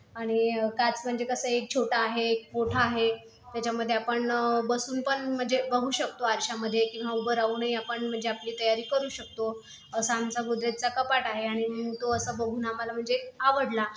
आणि काच म्हणजे कसं आहे एक छोटा आहे एक मोठा आहे त्याच्यामध्ये आपण बसूनपण म्हणजे बघू शकतो आरशामध्ये किंवा उभं राहूनही आपण म्हणजे आपली तयारी करू शकतो असं आमचं गोदरेजचा कपाट आहे आणि तो असा बघून आम्हाला म्हणजे आवडला